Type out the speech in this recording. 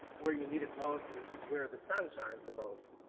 where you need it most is where the sun shines the most,